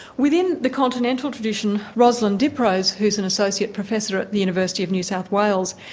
within the continental tradition, rosalyn diprose, who's an associate professor at the university of new south wales,